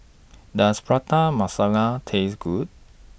Does Prata Masala Taste Good